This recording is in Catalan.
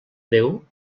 déu